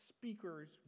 speakers